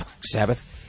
Sabbath